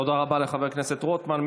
תודה רבה לחבר הכנסת רוטמן.